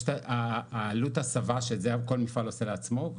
יש את עלות ההסבה שאת זה כל מפעל עושה לעצמו.